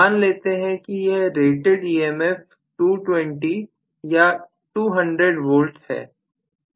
मान लेते हैं कि रेटेड EMF 220 या 200V है